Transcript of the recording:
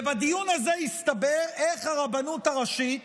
ובדיון הזה הסתבר איך הרבנות הראשית